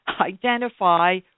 identify